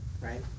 right